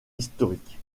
historiques